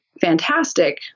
fantastic